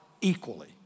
equally